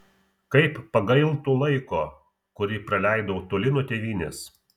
kaip pagailtų laiko kurį praleidau toli nuo tėvynės